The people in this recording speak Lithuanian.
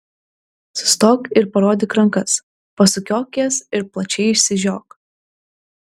sustok ir parodyk rankas pasukiok jas ir plačiai išsižiok